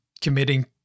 committing